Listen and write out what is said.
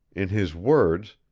in his words,